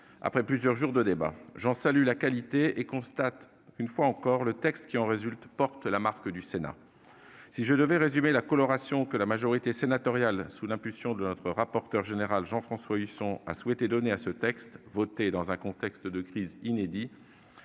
après plusieurs jours de débats. Je salue leur qualité et constate que, une fois encore, le texte qui en résulte porte la marque du Sénat. Si je devais résumer la coloration que la majorité sénatoriale, sous l'impulsion de notre rapporteur général Jean-François Husson, a souhaité donner à ce texte voté dans un contexte de crise inédit,